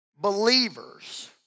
believers